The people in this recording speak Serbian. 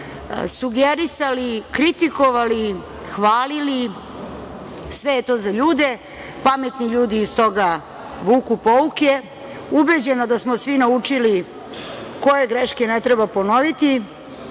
sugerisali, kritikovali, hvalili. Sve je to za ljude. Pametni ljudi iz toga vuku pouke. Ubeđena da smo svi naučili koje greške ne treba ponoviti